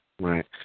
Right